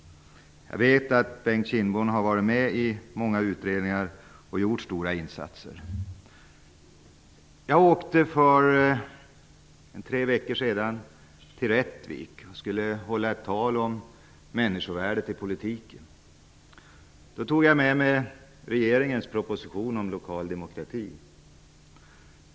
Jag vet att Bengt Kindbom har varit med i många utredningar och gjort stora insatser. För tre veckor sedan åkte jag till Rättvik, där jag skulle hålla ett tal om människovärdet i politiken. Då tog jag med mig regeringens proposition om lokal demokrati.